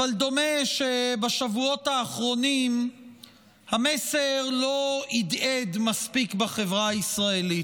אבל דומה שבשבועות האחרונים המסר לא הדהד מספיק בחברה הישראלית,